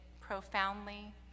profoundly